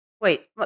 Wait